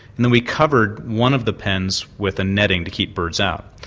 and then we covered one of the pens with a netting to keep birds out.